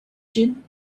gin